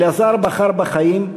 אלעזר בחר בחיים,